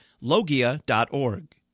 logia.org